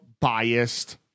Biased